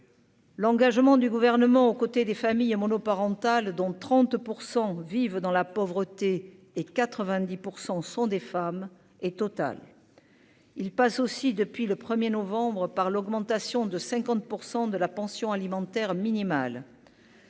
L'engagement du gouvernement aux côtés des familles monoparentales, dont 30 % vivent dans la pauvreté et 90 % sont des femmes et Total il passe aussi depuis le 1er novembre par l'augmentation de 50 % de la pension alimentaire minimale.